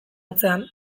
atzean